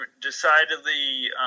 decidedly